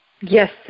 Yes